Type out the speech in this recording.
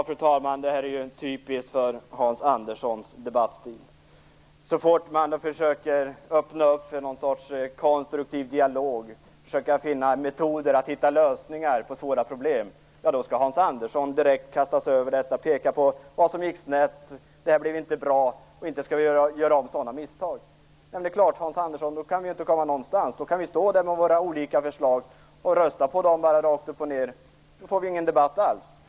Fru talman! Det här är ju typiskt för Hans Anderssons debattstil. Så fort man försöker öppna för något slags konstruktiv dialog och finna metoder för att hitta lösningar på svåra problem kastar sig Hans Andersson direkt över det, pekar på vad som gick snett och på vad som inte blev bra och säger att vi inte skall göra om sådana misstag. Nej, det är klart, Hans Andersson - då skulle vi ju inte komma någonstans. Då kan vi stå där med våra olika förslag och rösta på dem rakt upp och ned. Då får vi ju inte någon debatt.